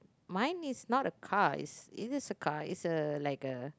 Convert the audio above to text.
mine is not a car it's it is a car it's a like a